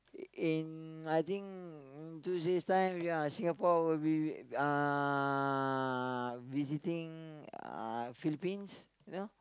in I think n~ two time ya Singapore will be uh visiting uh Philippines you know